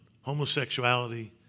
homosexuality